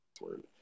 word